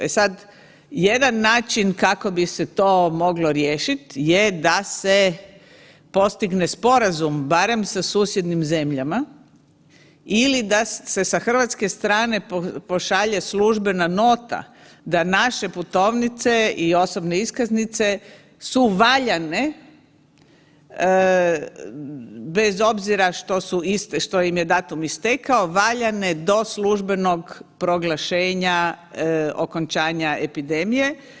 E sad, jedan način kako bi se to moglo riješiti je da se postigne sporazum barem sa susjednim zemljama ili da se sa hrvatske strane pošalje službena nota da naše putovnice i osobne iskaznice su valjane bez obzira što su iste, što im je datum istekao, valjane do službenog proglašenja okončanja epidemije.